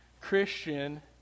Christian